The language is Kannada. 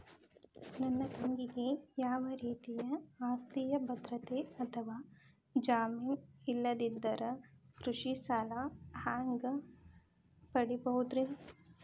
ನನ್ನ ತಂಗಿಗೆ ಯಾವ ರೇತಿಯ ಆಸ್ತಿಯ ಭದ್ರತೆ ಅಥವಾ ಜಾಮೇನ್ ಇಲ್ಲದಿದ್ದರ ಕೃಷಿ ಸಾಲಾ ಹ್ಯಾಂಗ್ ಪಡಿಬಹುದ್ರಿ?